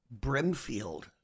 Brimfield